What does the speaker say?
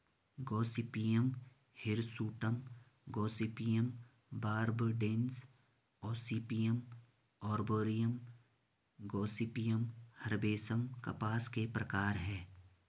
Gossypium hirsutum, Gossypium barbadense, Gossypium arboreum, Gossypium herbaceum कपास के प्रकार है